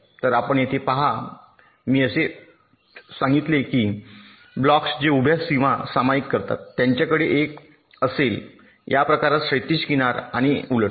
तर आपण येथे पहा मी असे सांगितले की ब्लॉक्स जे उभ्या सीमा सामायिक करतात त्यांच्याकडे एक असेल या प्रकरणात क्षैतिज किनार आणि उलट